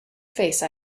face